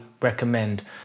recommend